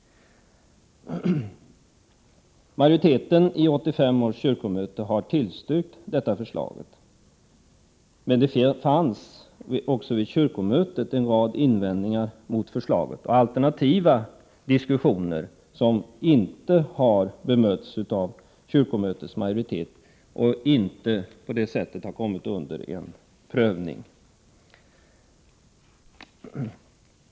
Majoriteten i 1985 års kyrkomöte har tillstyrkt propositionens förslag. Men det gjordes vid kyrkomötet också en rad invändningar. Det framfördes även alternativa förslag, som inte har bemötts av kyrkomötets majoritet och som därigenom inte har prövats.